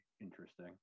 interesting